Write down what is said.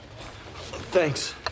Thanks